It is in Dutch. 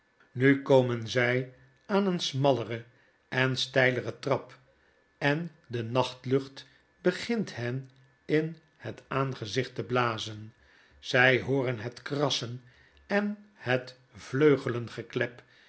nu komen zy aan een smallere en steilere trap en de nachtlucht begint hen in het aangezicht te blazen zjj hooren het krassen en net